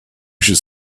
should